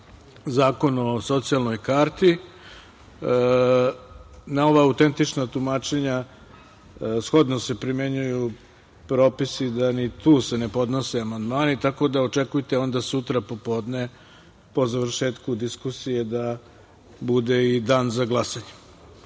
Zakon o socijalnoj karti, na ova autentična tumačenja shodno se primenjuju propisi da se ni tu ne podnose amandmani, tako da očekujte onda sutra popodne po završetku diskusije da bude i dan za